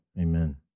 Amen